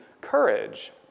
courage